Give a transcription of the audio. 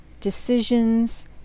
decisions